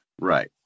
right